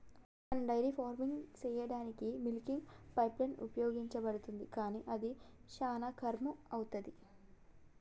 మనం dairy farming సెయ్యదానికీ milking pipeline ఉపయోగించబడుతుంది కానీ అది శానా కర్శు అవుతది